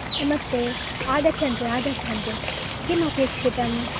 नमस्ते आगच्छन्तु आगच्छन्तु किम् अपेक्षितं